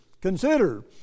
CONSIDER